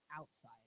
outside